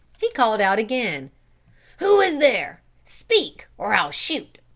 he called out again who is there? speak, or i'll shoot!